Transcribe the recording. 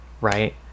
right